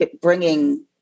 bringing